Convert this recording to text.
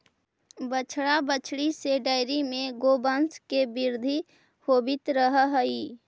बछड़ा बछड़ी से डेयरी में गौवंश के वृद्धि होवित रह हइ